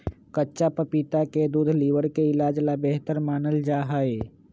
कच्चा पपीता के दूध लीवर के इलाज ला बेहतर मानल जाहई